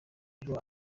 ubwo